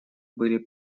были